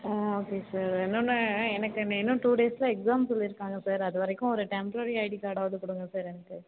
ஆ okay sir இன்னொன்று எனக்கு இன்னும் டூ டேஸ்சில் எக்ஸாம் சொல்லியிருக்காங்க சார் அதுவரைக்கும் ஒரு டெம்ப்ரவரி ஐடி கார்டாவது கொடுங்க சார் எனக்கு